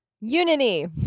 Unity